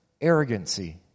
arrogancy